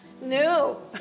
No